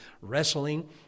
wrestling